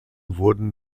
wurden